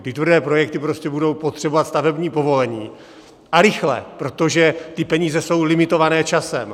Ty tvrdé projekty budou potřebovat stavební povolení, a rychlé, protože ty peníze jsou limitované časem.